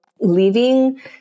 leaving